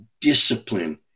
discipline